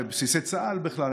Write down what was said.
ובסיסי צה"ל בכלל,